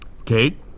Kate